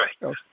right